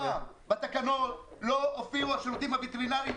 בתקנות אף פעם לא הופיעו השירותים הווטרינרים.